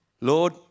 Lord